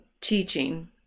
teaching